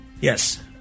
Yes